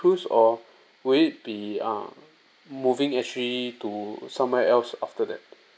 cruise or will be uh moving at sea to somewhere else after that